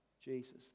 Jesus